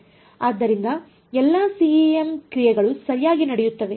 ಆದ್ದರಿಂದ ಎಲ್ಲಾ ಸಿಇಎಂ ಕ್ರಿಯೆಗಳು ಸರಿಯಾಗಿ ನಡೆಯುತ್ತವೆ